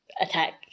attack